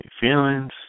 feelings